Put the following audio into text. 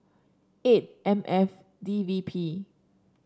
eight M F D V P